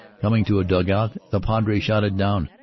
coming to a dug-out, the padre shouted down.